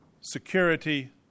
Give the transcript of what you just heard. security